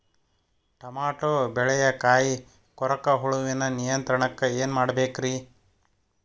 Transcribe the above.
Tomato ಬೆಳೆಯ ಕಾಯಿ ಕೊರಕ ಹುಳುವಿನ ನಿಯಂತ್ರಣಕ್ಕ ಏನ್ ಮಾಡಬೇಕ್ರಿ?